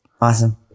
Awesome